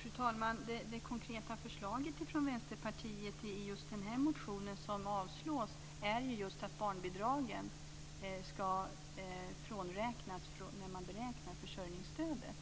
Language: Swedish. Fru talman! Det konkreta förslaget från Vänsterpartiet i den här motionen som avstyrks är ju just att barnbidragen ska frånräknas när man beräknar försörjningsstödet.